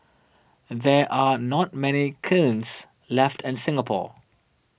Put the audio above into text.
there are not many kilns left in Singapore